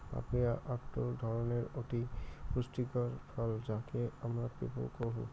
papaya আকটো ধরণের অতি পুষ্টিকর ফল যাকে আমরা পেঁপে কুহ